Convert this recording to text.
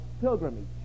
pilgrimage